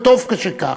וטוב שכך,